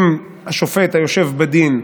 אם השופט היושב בדין,